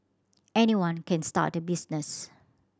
anyone can start a business